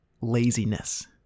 laziness